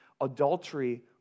adultery